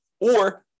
Or-